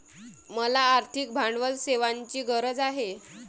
मला आर्थिक भांडवल सेवांची गरज आहे